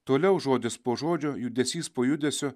toliau žodis po žodžio judesys po judesio